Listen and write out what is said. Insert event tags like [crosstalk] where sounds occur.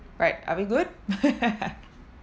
right are we good [laughs]